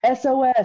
SOS